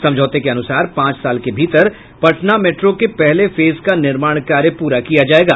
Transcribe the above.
समझौते के अनुसार पांच साल के भीतर पटना मेट्रो के पहले फेज का निर्माण कार्य पूरा किया जायेगा